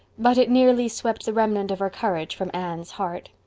but it nearly swept the remnant of her courage from anne's heart.